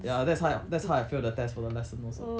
ya that's how that's how I failed the test for the lesson also